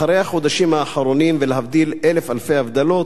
אחרי החודשים האחרונים, ולהבדיל אלף אלפי הבדלות,